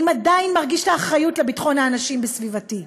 אני עדיין מרגיש את האחריות לביטחון האנשים בסביבתי,